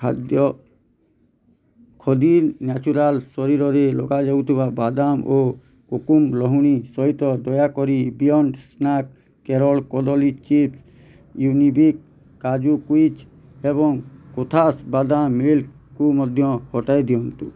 ଖାଦ୍ୟ ଖଦୀ ନ୍ୟାଚୁରାଲ୍ ଶରୀରରେ ଲଗାଯାଉଥିବା ବାଦାମ ଓ କୋକୁମ୍ ଲହୁଣୀ ସହିତ ଦୟାକରି ବିୟଣ୍ଡ ସ୍ନାକ କେରଳ କଦଳୀ ଚିପ୍ସ ୟୁନିବିକ୍ କାଜୁ କୁକିଜ୍ ଏବଂ କୋଥାସ୍ ବାଦାମ୍ ମିଲ୍କ୍କୁ ମଧ୍ୟ ହଟାଇଦିଅନ୍ତୁ